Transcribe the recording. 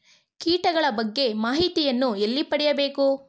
ಕೀಟಗಳ ಬಗ್ಗೆ ಮಾಹಿತಿಯನ್ನು ಎಲ್ಲಿ ಪಡೆಯಬೇಕು?